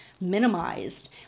minimized